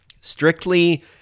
strictly